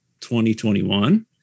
2021